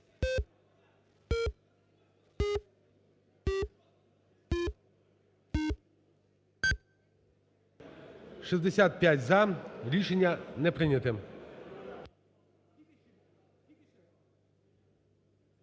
– за. Рішення не прийняте.